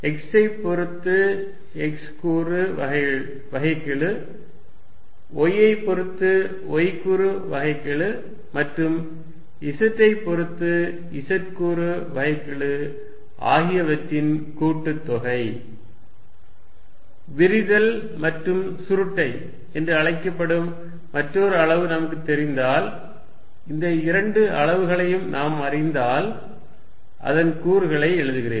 X ஐப் பொறுத்து x கூறு வகைக்கெழு y ஐப் பொறுத்து y கூறு வகைக்கெழு மற்றும் z ஐப் பொறுத்து z கூறு வகைக்கெழு ஆகியவற்றின் கூட்டுத்தொகை Divergence ExδxEyδyEzδz விரிதல் மற்றும் சுருட்டை என்று அழைக்கப்படும் மற்றொரு அளவு நமக்குத் தெரிந்தால் இந்த இரண்டு அளவுகளையும் நாம் அறிந்தால் அதன் கூறுகளை எழுதுகிறேன்